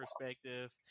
perspective